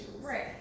right